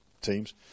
teams